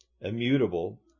immutable